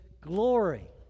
glory